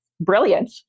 brilliant